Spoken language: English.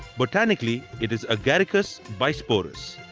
botanically it is agaricus bisporus.